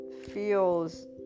feels